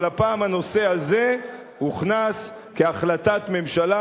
אבל הפעם הנושא הזה הוכנס כהחלטת ממשלה,